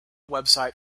website